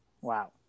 Wow